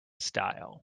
style